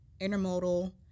Intermodal